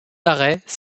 arrêts